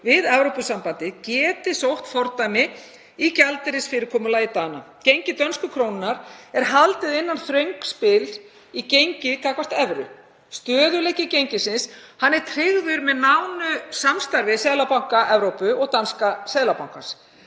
við Evrópusambandið geti sótt fordæmi í gjaldeyrisfyrirkomulagi Dana. Gengi dönsku krónunnar er haldið innan þröngs bils í gengi gagnvart evru. Stöðugleiki gengisins er tryggður með nánu samstarfi Seðlabanka Evrópu og danska Seðlabankans.